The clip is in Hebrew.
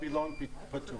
הווילון פתוח.